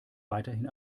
weiterhin